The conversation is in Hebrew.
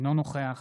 אינו נוכח